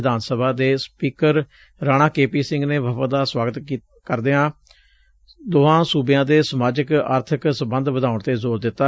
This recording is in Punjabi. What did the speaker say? ਵਿਧਾਨ ਸਭਾ ਦੇ ਸਪੀਕਰ ਰਾਣਾ ਕੇਪੀ ਸਿੰਘ ਨੇ ਵਫਦ ਦਾ ਸਵਾਗਤ ਕਰਦਿਆਂ ਦੋਹਾਂ ਸੁਬਿਆਂ ਦੇ ਸਮਾਜਿਕ ਆਰਥਿਕ ਸਬੰਧ ਵਧਾਊਣ ਤੇ ਜ਼ੋਰ ਦਿੱਤਾ